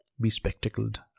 bespectacled